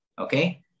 Okay